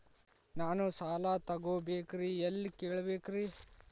ನಾನು ಸಾಲ ತೊಗೋಬೇಕ್ರಿ ಎಲ್ಲ ಕೇಳಬೇಕ್ರಿ?